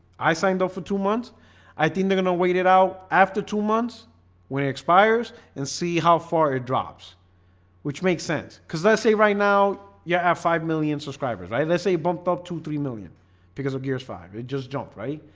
i signed up for two months i think they're gonna wait it out after two months when it expires and see how far it drops which makes sense because let's say right now. yeah, i have five million subscribers, right? let's say bumped up to three million because of gears five. we just jumped right?